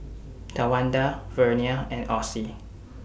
Tawanda Vernia and Ossie